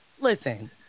Listen